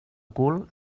cul